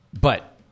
But-